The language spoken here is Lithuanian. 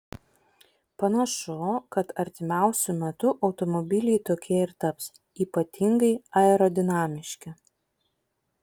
panašu kad artimiausiu metu automobiliai tokie ir taps ypatingai aerodinamiški